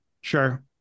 Sure